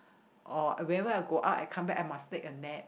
or whenever I go out I come back I must take a nap